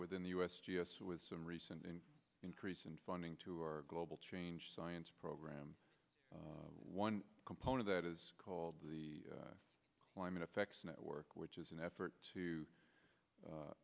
within the u s g s with some recent increase in funding to our global change science program one component that is called the climate effects network which is an effort to